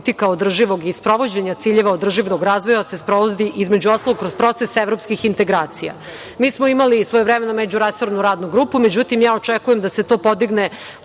politika održivog razvoja i sprovođenja ciljeva održivog razvoja se sprovodi između ostalog kroz proces evropskih integracija. Mi smo imali svojevremeno međuresornu radnu grupu. Međutim, ja očekujem da se to podigne,